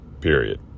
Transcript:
period